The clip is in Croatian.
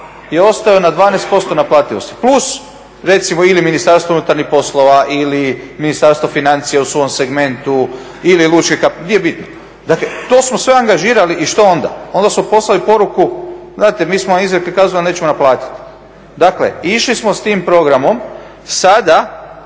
je ostao na 12% naplativosti plus recimo ili Ministarstvo unutarnjih poslova ili Ministarstvo financija u svom segmentu ili lučke, nije bitno. Dakle, to smo sve angažirali i što onda? Onda smo poslali poruku, znate mi smo izrekli kaznu ali nećemo vam naplatiti. Dakle, išli smo s tim programom. Sada